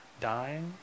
dying